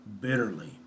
bitterly